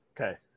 Okay